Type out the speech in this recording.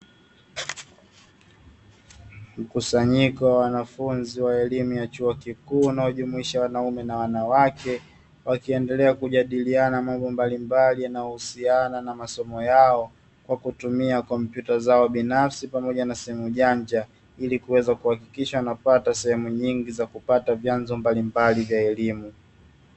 Mkusanyiko wa wanafunzi wa elimu ya chuo kikuu unao jumuisha wanaume na wanawake, wakiendelea kujadiliana mambo mbalimbali yanayo husiana na masomo yao kwa kutumia kompyuta zao binafsi pamoja na simu janja, ili kuweza kuhakikisha wanapata sehemu nyingi za kupata vyanzo mbalimbali vya elimu.